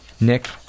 Nick